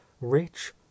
rich